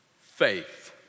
faith